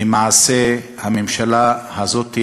ממעשי הממשלה הזאת,